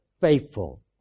faithful